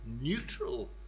neutral